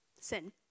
sin